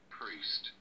priest